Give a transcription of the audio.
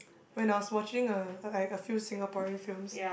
when I was watching a like a few Singaporean films